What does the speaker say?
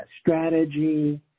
strategy